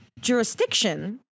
jurisdiction